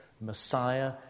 Messiah